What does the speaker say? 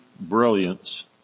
brilliance